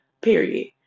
period